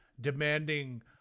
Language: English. demanding